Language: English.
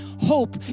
hope